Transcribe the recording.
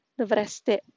Dovreste